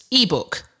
ebook